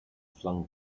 flung